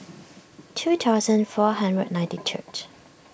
two thousand four hundred ninety third